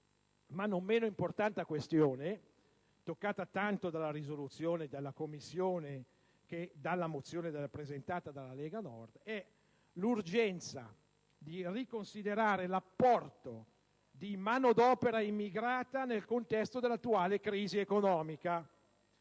ma non meno importante questione, toccata tanto dalla risoluzione della Commissione che dalla mozione presentata dalla Lega Nord, è l'urgenza di riconsiderare l'apporto di manodopera immigrata nel contesto dell'attuale crisi economica.